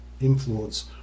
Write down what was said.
influence